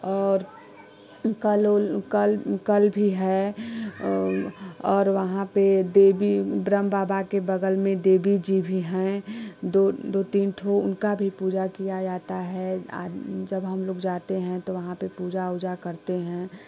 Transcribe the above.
और कल उल कल कल भी है और वहाँ पे देवी ब्रह्म बाबा के बगल में देवी जी भी हैं दो दो तीन ठो उनका भी पूजा किया जाता है आज जब हम लोग जाते हैं तो वहाँ पे पूजा ऊजा करते हैं